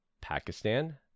Pakistan